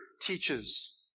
teaches